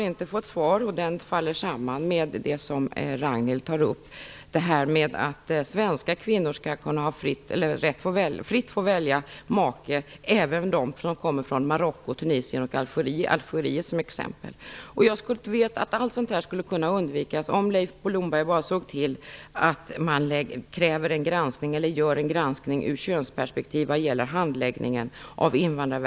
En fråga sammanfaller med det som även Ragnhild Pohanka tog upp, om att svenska kvinnor fritt skall få välja make även från t.ex. Marocko, Tunisien och Algeriet. Allt sådant här skulle kunna undvikas om Leif Blomberg bara såg till att kräva eller göra en granskning ur könsperspektiv vad gäller handläggningen av